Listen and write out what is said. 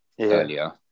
earlier